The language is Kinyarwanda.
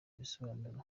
ibisobanuro